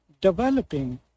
developing